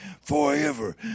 forever